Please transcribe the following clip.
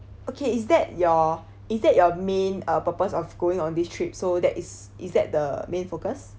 okay is that your is that your main uh purpose of going on this trip so that is is that the main focus